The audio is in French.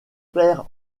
père